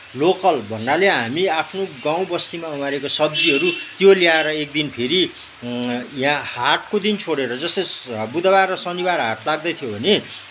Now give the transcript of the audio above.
local भन्नाले हामी आफ्नो गाउँबस्तीमा उमारेको सब्जीहरू त्यो ल्याएर एक दिन फेरि यहाँ हाटको दिन छोडेर जस्तै बुधबार र शनिबार हाट लाग्दैथ्यो भने